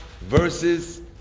versus